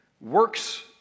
works